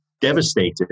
devastated